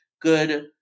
good